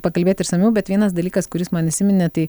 pakalbėt išsamiau bet vienas dalykas kuris man įsiminė tai